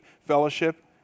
fellowship